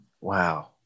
wow